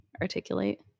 articulate